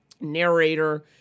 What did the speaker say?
narrator